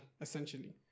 essentially